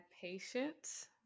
patience